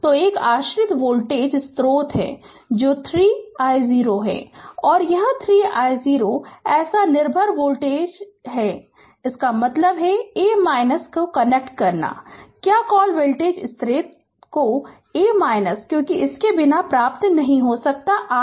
तो एक आश्रित वोल्टेज स्रोत है जो 3 i0है और यह i0है ऐसा निर्भर वोल्टेज निर्भर वोल्टेज स्रोत है इसका मतलब है a कनेक्ट करना है क्या कॉल वोल्टेज स्रोत को a क्योंकि इसके बिना प्राप्त नहीं हो सकता RThevenin